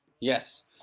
Yes